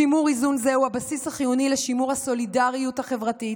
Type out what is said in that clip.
שימור איזון זה הוא הבסיס החיוני לשימור הסולידריות החברתית,